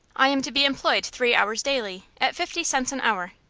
i am to be employed three hours daily, at fifty cents an hour.